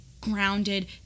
grounded